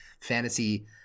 fantasy